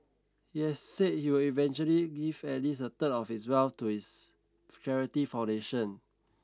he has said he will eventually give at least a third of his wealth to his charity foundation